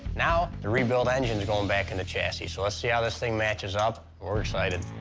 now the rebuild engine's going back in the chassis, so let's see how this thing matches up. we're excited.